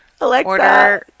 Alexa